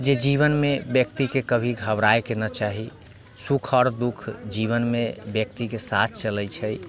जे जीवनमे व्यक्तिके कभी घबराइके नहि चाही सुख आओर दुःख जीवनमे व्यक्तिके साथ चलै छै